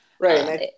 Right